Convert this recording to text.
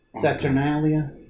Saturnalia